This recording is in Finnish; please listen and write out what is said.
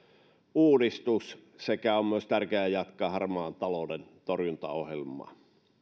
uudistus on myös tärkeää jatkaa harmaan talouden torjuntaohjelmaa